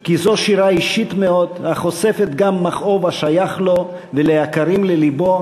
כי "זו שירה אישית מאוד החושפת גם מכאוב השייך לו וליקרים ללבו,